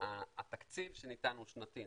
התקציב שניתן הוא שנתי,